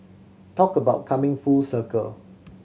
talk about coming full circle